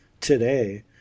today